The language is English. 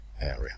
area